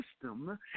system